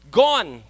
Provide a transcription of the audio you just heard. gone